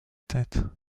tête